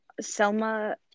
Selma